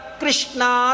krishna